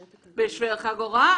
הם בני חמש,